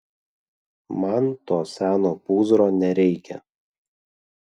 man to seno pūzro nereikia